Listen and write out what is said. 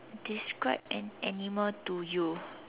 describe an animal to you